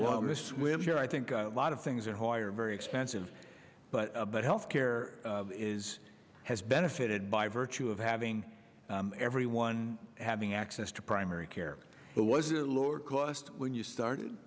the swim here i think a lot of things are higher very expensive but but health care is has benefited by virtue of having everyone having access to primary care there was a lower cost when you started